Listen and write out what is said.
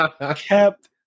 Kept